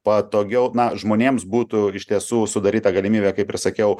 patogiau žmonėms būtų iš tiesų sudaryta galimybė kaip ir sakiau